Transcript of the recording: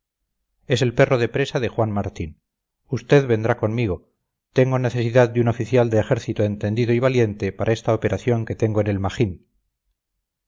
es el perro de presa de juan martín usted vendrá conmigo tengo necesidad de un oficial de ejército entendido y valiente para esta operación que tengo en el magín